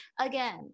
again